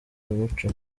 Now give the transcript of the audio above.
umuco